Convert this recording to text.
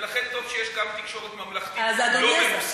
ולכן טוב שיש גם תקשורת ממלכתית לא ממוסחרת.